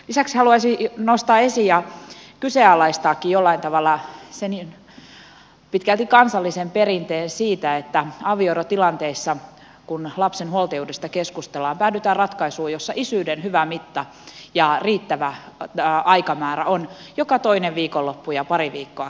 lisäksi haluaisin nostaa esiin ja kyseenalaistaakin jollain tavalla sen pitkälti kansallisen perinteen siitä että kun avioerotilanteissa lapsen huoltajuudesta keskustellaan päädytään ratkaisuun jossa isyyden hyvä mitta ja riittävä aikamäärä on joka toinen viikonloppu ja pari viikkoa kesälomasta